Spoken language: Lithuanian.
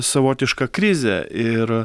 savotiška krizė ir